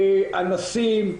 אנסים,